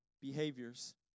behaviors